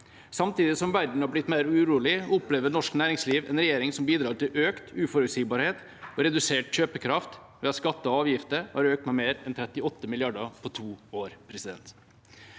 Samtidig som verden har blitt mer urolig, opplever norsk næringsliv en regjering som bidrar til økt uforutsigbarhet og redusert kjøpekraft ved at skatter og avgifter har økt med mer enn 38 mrd. kr på to år.